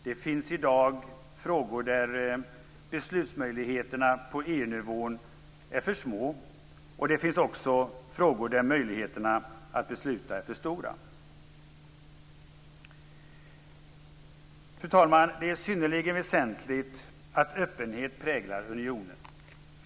Det finns i dag frågor där beslutsmöjligheterna på EU nivån är för små. Det finns också frågor där möjligheterna att besluta är för stora. Fru talman! Det är synnerligen väsentligt att öppenhet präglar unionen.